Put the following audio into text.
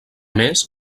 més